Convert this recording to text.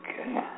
Okay